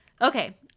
Okay